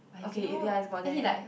okay it ya it's about there